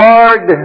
Lord